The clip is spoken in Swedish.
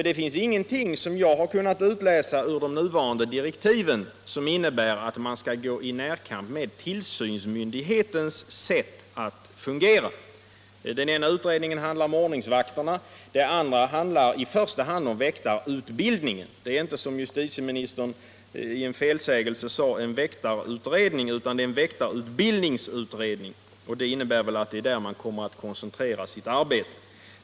Det finns ingenting som jag har kunnat utläsa av de nuvarande direktiven som innebär att man skall gå i närkamp med tillsynsmyndighetens sätt att fungera. Den ena utredningen handlar om ordningsvakterna, den andra handlar i första hand om väktarutbildningen. Det är inte som justitieministern i en felsägning uppgav en väktarutredning utan en väktarutbildningsutredning, och det innebär väl att det är där man kommer att koncentrera sitt arbete.